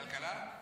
לכלכלה?